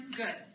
good